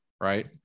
right